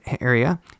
area